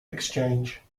exchange